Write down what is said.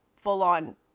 full-on